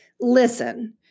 Listen